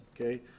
Okay